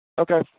Okay